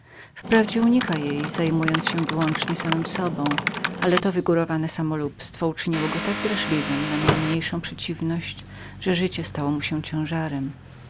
wprawdzie unika go zajmując się wyłącznie samym sobą ale to wygórowane samolubstwo uczyniło go tak draźliwym na najmniejszą przeciwność że życie stało mu się ciężarem